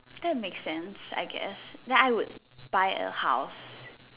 is that make sense I guess then I would buy a house